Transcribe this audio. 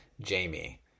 Jamie